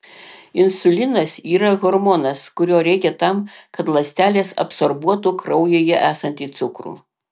insulinas yra hormonas kurio reikia tam kad ląstelės absorbuotų kraujyje esantį cukrų